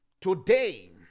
Today